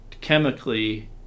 chemically